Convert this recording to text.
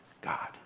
God